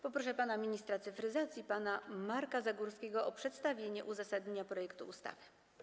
Proszę ministra cyfryzacji pana Marka Zagórskiego o przedstawienie uzasadnienia projektu ustawy.